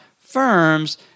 firms